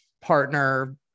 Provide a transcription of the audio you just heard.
partner